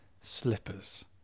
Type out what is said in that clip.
slippers